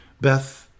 Beth